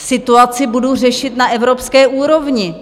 Situaci budu řešit na evropské úrovni.